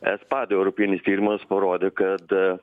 espad europinis tyrimas parodė kad